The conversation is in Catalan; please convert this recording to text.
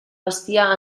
bestiar